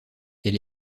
elle